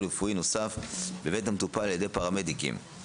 רפואי נוסף בבית המטופל על ידי פרמדיקים.